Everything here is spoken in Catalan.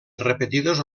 repetides